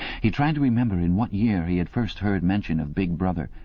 he tried to remember in what year he had first heard mention of big brother.